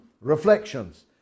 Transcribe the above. reflections